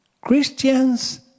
Christians